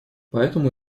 поэтому